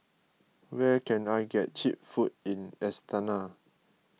where can I get Cheap Food in Astana